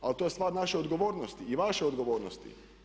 Ali to je stvar naše odgovornosti i vaše odgovornosti.